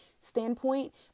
standpoint